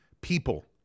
people